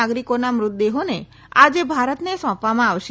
નાગરિકોના મૃતદેહોને આજે ભારતને સોંપવામાં આવશે